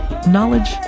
Knowledge